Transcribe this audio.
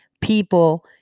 people